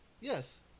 Yes